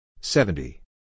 Seventy